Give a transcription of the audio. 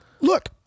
look